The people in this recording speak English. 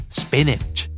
spinach